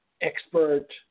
expert